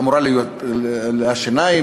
אמורות להיות לה שיניים,